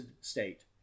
state